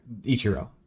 Ichiro